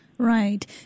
Right